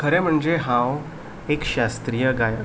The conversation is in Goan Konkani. खरें म्हणजे हांव एक शास्त्रीय गायक